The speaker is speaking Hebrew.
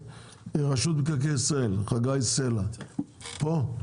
רשות מקרקעי ישראל, חגי סלע פה?